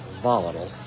volatile